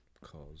Cause